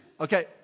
okay